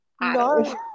No